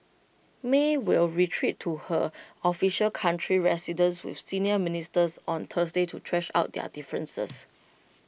may will retreat to her official country residence with senior ministers on Thursday to thrash out their differences